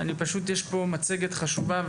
יש פה מצגת חשובה,